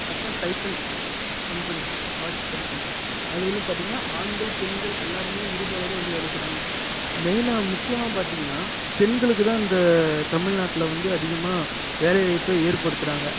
அப்புறம் Titan company watch company அதிலும் பார்த்தீங்கன்னா ஆண்கள் பெண்கள் எல்லாருமே இரு பாலரும் வந்து வேலை செய்கிறாங்க மெயினாக முக்கியமாக பார்த்தீங்கன்னா பெண்களுக்கு தான் இந்த தமிழ்நாட்டில் வந்து அதிகமாக வேலைவாய்ப்பை ஏற்படுத்துகிறாங்க